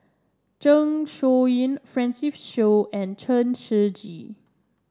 Zeng Shouyin Francis Seow and Chen Shiji